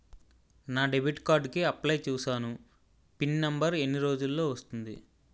నా debit card కి apply చూసాను పిన్ నంబర్ ఎన్ని రోజుల్లో వస్తుంది?